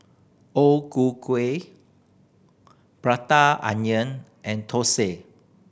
O Ku Kueh Prata Onion and thosai